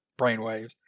brainwaves